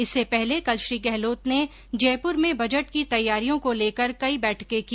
इससे पहले कल श्री गहलोत ने जयपुर्र में बजट की तैयारियों को लेकर कई बैठकें की